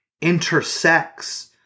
intersects